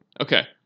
okay